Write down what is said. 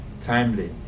timely